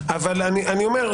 אבל אני אומר,